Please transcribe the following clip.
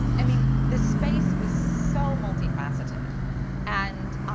i mean this space was so multifaceted and,